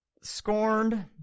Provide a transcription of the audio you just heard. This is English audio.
scorned